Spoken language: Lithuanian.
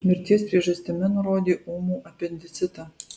mirties priežastimi nurodė ūmų apendicitą